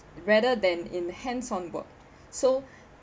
rather than in hands-on board so